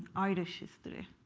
irish history.